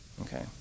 Okay